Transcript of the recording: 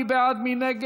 בקשות